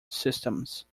systems